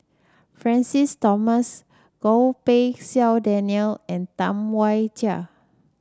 Francis Thomas Goh Pei Siong Daniel and Tam Wai Jia